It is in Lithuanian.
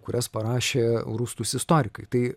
kurias parašė rūstūs istorikai tai